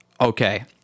okay